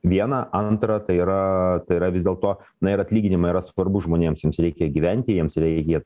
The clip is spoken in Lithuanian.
viena antra tai yra tai yra vis dėlto na ir atlyginimai yra svarbu žmonėms jums reikia gyventi jiems reikia